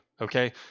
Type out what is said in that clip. Okay